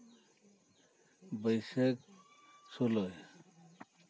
ᱵᱟᱹᱭᱥᱟᱹᱠᱚ ᱥᱳᱞᱳᱭ